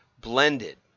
blended